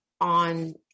on